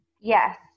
Yes